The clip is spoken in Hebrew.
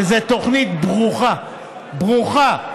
וזו תוכנית ברוכה, ברוכה,